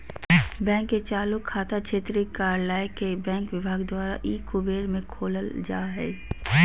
bank के चालू खाता क्षेत्रीय कार्यालय के बैंक विभाग द्वारा ई कुबेर में खोलल जा हइ